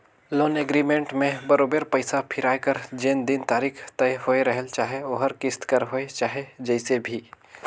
loan agreement में बरोबेर पइसा फिराए कर जेन दिन तारीख तय होए रहेल चाहे ओहर किस्त कर होए चाहे जइसे भी